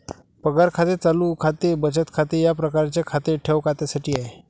पगार खाते चालू खाते बचत खाते या प्रकारचे खाते ठेव खात्यासाठी आहे